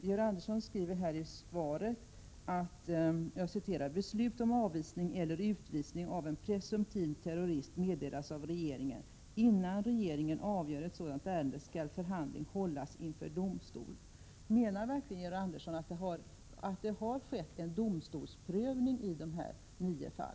Georg Andersson skriver i svaret: ”Beslut om avvisning eller utvisning av en presumtiv terrorist meddelas av regeringen. Innan regeringen avgör ett sådant ärende skall förhandling hållas inför domstol.” Menar verkligen Georg Andersson att det har skett en domstolsprövning av dessa nio fall?